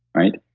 right?